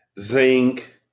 zinc